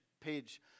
page